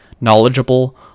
knowledgeable